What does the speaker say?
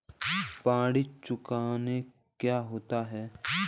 पर्ण कुंचन क्या होता है?